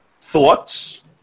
thoughts